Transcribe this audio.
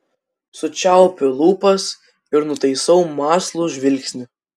sučiaupiu lūpas ir nutaisau mąslų žvilgsnį